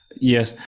yes